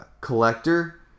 collector